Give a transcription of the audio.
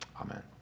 amen